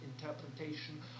interpretation